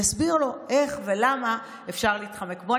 יסביר לו איך ולמה אפשר להתחמק: בוא,